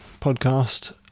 podcast